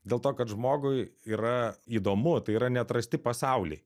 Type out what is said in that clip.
dėl to kad žmogui yra įdomu tai yra neatrasti pasauliai